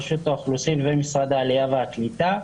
רשות האוכלוסין ומשרד העלייה והקליטה,